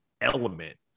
element